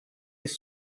his